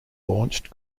launched